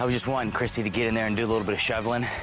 um just wanting kristi to get in there and do a little bit of shoveling.